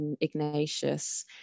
Ignatius